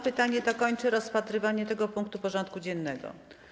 Pytanie to kończy rozpatrywanie tego punktu porządku dziennego.